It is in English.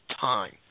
time